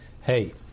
hey